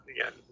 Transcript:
again